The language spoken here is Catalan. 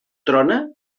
trona